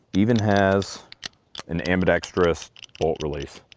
even has an ambidextrous bolt release.